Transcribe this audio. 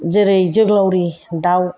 जेरै जोगोलाउरि दाउ